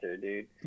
dude